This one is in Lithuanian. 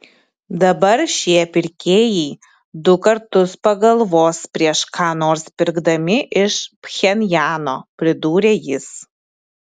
dabar šie pirkėjai du kartus pagalvos prieš ką nors pirkdami iš pchenjano pridūrė jis